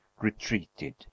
retreated